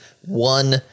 one